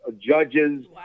judges